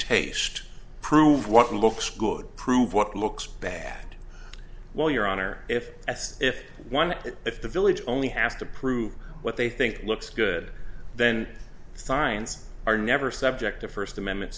taste prove what looks good prove what looks bad well your honor if as if one if the village only has to prove what they think it looks good then science are never subject to first amendment